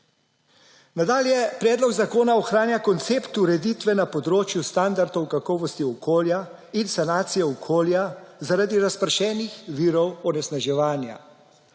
Nadalje predlog zakona ohranja koncept ureditve na področju standardov kakovosti okolja in sanacije okolja zaradi razpršenih virov onesnaževanja.